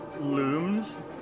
looms